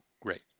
great